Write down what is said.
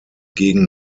gegen